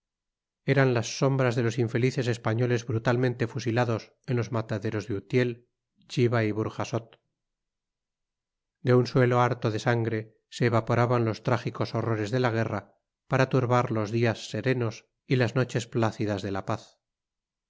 eran las sombras de los infelices españoles brutalmente fusilados en los mataderos de utiel chiva y burjasot de un suelo harto de sangre se evaporaban los trágicos horrores de la guerra para turbar los días serenos y las noches plácidas de la paz